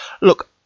Look